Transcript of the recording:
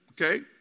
Okay